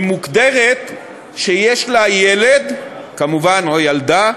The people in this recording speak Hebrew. היא מוגדרת כמי שיש לה ילד, כמובן או ילדה,